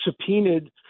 subpoenaed